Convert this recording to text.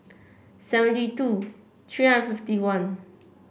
seventy two three hundred fifty one